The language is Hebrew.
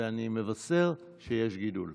ואני מבשר שיש גידול.